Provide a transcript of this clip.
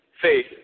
faith